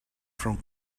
from